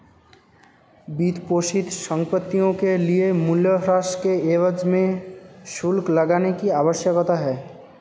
वित्तपोषित संपत्तियों के लिए मूल्यह्रास के एवज में शुल्क लगाने की आवश्यकता है